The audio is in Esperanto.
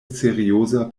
serioza